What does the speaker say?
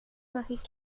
maris